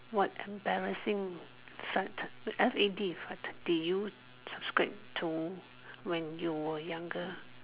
what embarrassing fad F A D fad did you subscribe to when you were younger